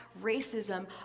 racism